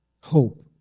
hope